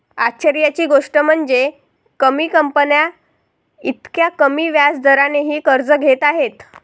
आश्चर्याची गोष्ट म्हणजे, कमी कंपन्या इतक्या कमी व्याज दरानेही कर्ज घेत आहेत